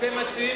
אתם מציעים